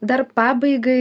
dar pabaigai